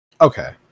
Okay